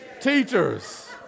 Teachers